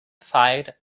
fight